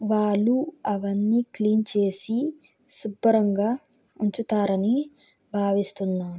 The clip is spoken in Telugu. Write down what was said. వాళ్ళు అవన్నీ క్లీన్ చేసి శుభ్రంగా ఉంచుతారు అని భావిస్తున్నాను